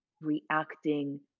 reacting